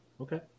okay